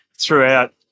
throughout